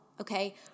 okay